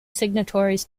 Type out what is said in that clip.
signatories